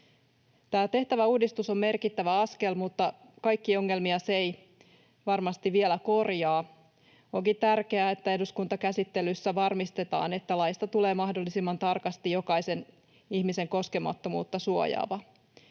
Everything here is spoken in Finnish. Tämä tehtävä uudistus on merkittävä askel, mutta kaikkia ongelmia se ei varmasti vielä korjaa. Onkin tärkeää, että eduskuntakäsittelyssä varmistetaan, että laista tulee mahdollisimman tarkasti jokaisen ihmisen koskemattomuutta suojaava.